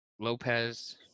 Lopez